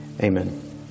Amen